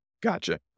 Gotcha